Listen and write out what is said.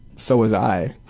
so was i.